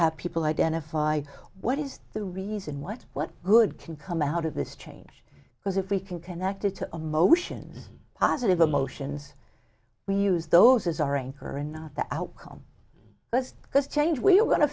have people identify what is the reason what what good can come out of this change because if we can connect it to a motion positive emotions we use those as our anchor and not the outcome just because change where you're going to